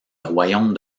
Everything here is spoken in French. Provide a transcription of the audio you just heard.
royaume